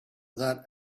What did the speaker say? that